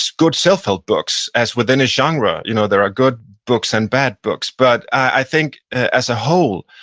good self-help books as with any genre, you know there are good books and bad books, but i think as a whole,